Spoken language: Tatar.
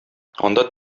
анда